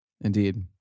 Indeed